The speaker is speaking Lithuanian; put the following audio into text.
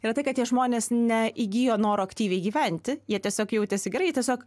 yra tai kad tie žmonės ne įgijo noro aktyviai gyventi jie tiesiog jautėsi gerai tiesiog